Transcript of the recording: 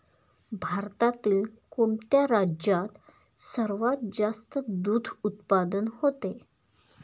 भारतातील कोणत्या राज्यात सर्वात जास्त दूध उत्पादन होते?